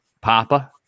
Papa